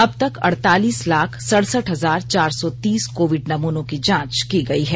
अबतक अड़तालीस लाख सढ़सठ हजार चार सौ तीस कोविड नमूनों की जांच की गई है